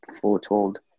foretold